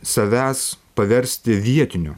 savęs paversti vietiniu